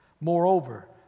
Moreover